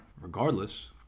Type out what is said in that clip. Regardless